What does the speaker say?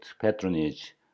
patronage